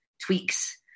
tweaks